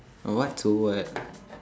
uh what so what